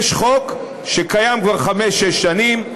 יש חוק שקיים כבר חמש-שש שנים,